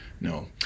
no